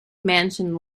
mansion